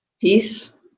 Peace